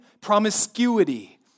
promiscuity